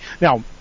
Now